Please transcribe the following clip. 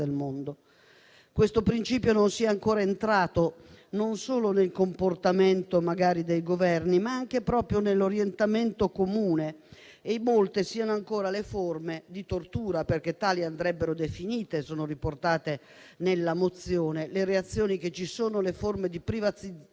mondo questo principio non sia ancora entrato, non solo nel comportamento magari dei Governi, ma anche nell'orientamento comune. Molte sono, inoltre, ancora le forme di tortura, perché in tal modo andrebbero definite - e sono riportate nella mozione - le reazioni che ci sono, le forme di